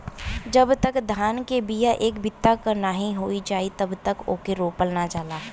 जब तक धान के बिया एक बित्ता क नाहीं हो जाई तब तक ओके रोपल ना जाला